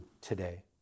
today